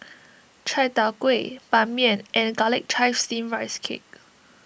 Chai Tow Kuay Ban Mian and Garlic Chives Steamed Rice Cake